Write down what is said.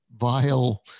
vile